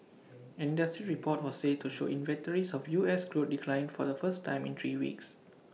industry report was said to show inventories of U S crude declined for the first time in three weeks